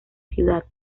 ciudad